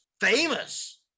famous